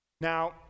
Now